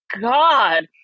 god